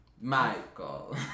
michael